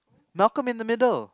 Malcolm in the Middle